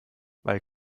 weil